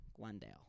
Glendale